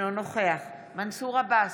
אינו נוכח מנסור עבאס,